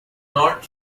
not